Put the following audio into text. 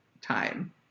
time